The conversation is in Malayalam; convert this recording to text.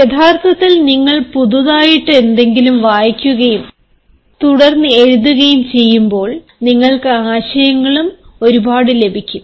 യഥാർത്ഥത്തിൽ നിങ്ങൾ പുതിയതാതായിട്ട് എന്തെങ്കിലും വായിക്കുകയും തുടർന്ന് എഴുതുകയും ചെയ്യുമ്പോൾ നിങ്ങൾക്ക് ആശയങ്ങളും ഒരുപാട് ലഭിക്കും